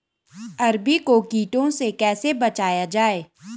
अरबी को कीटों से कैसे बचाया जाए?